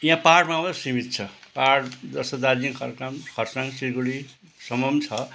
यहाँ पाहाडमा सिमित छ पाहाड जस्तै दार्जिलिङ खर्काङ् खरसाङ सिलगढीसम्म पनि छ